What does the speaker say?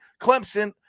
Clemson